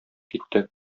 китте